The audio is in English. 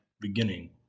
beginning